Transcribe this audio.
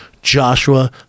Joshua